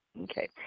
Okay